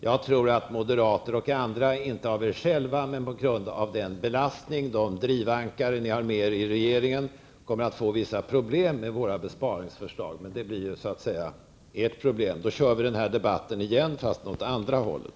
Jag tror att ni moderater, inte av er själva men på grund av de drivankare ni har med er i regeringen, kommer att få vissa problem med våra besparingsförslag. Men det blir så att säga ert bekymmer. Då kör vi den här debatten igen, fast åt andra hållet.